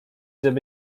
żeby